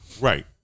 right